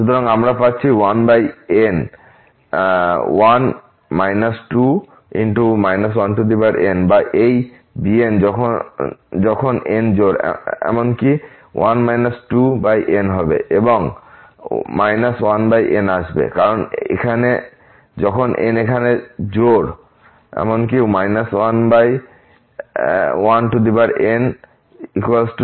সুতরাং আমরা পাচ্ছি 1n1 2 1n বা এই bnযখন n জোড় এমনকি 1 2n হবে 1n আসবে কারণ যখন n এখানে জোড় এমনকি 1n1